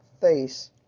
face